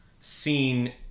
seen